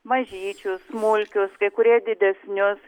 mažyčius smulkius kai kurie didesnius